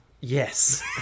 yes